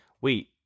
wait